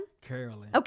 Carolyn